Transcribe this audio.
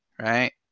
Right